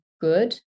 good